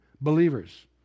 believers